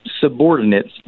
subordinates